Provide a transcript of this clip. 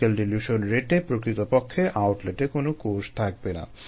critical dilution রেটে প্রকৃতপক্ষে আউটলেটে কোনো কোষ থাকবে না